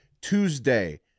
tuesday